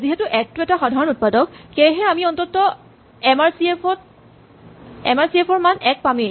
যিহেতু ১ টো এটা সাধাৰণ উৎপাদক সেয়েহে আমি অন্ততঃ এম আৰ চি এফ ৰ মান ১ পামেই